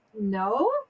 no